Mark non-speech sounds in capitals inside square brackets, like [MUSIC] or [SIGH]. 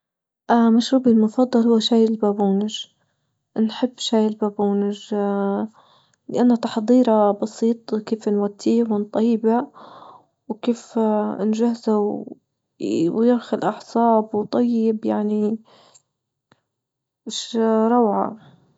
اه مشروبي المفضل هو شاي البابونج، نحب شاي البابونج [HESITATION] لأنه تحضيره بسيط وكيف نوديه ونطيبه وكيف [HESITATION] نجهزه ويرخى الأعصاب وطيب يعني [HESITATION] ش روعة.